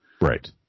Right